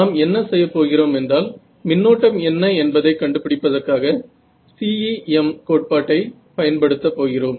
நாம் என்ன செய்யப் போகிறோம் என்றால் மின்னோட்டம் என்ன என்பதை கண்டுபிடிப்பதற்காக CEM கோட்பாட்டை பயன்படுத்தப் போகிறோம்